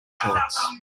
shorts